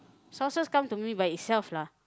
sources come to me by itself lah